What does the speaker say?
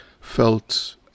felt